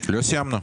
אושרו.